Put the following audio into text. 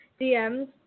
DMs